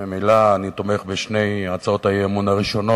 ממילא אני תומך בשתי הצעות האי-אמון הראשונות,